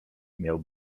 miał